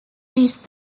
these